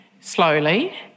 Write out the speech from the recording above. slowly